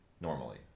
normally